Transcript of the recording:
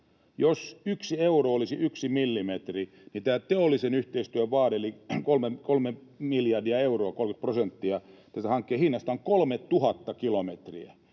Jos 1 euro olisi 1 millimetri, niin tämä teollisen yhteistyön vaade eli 3 miljardia euroa, 30 prosenttia tästä hankkeen hinnasta, on 3 000 kilometriä,